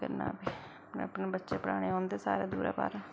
ते कन्नै बच्चे पढ़ाने होग दूरा दूरा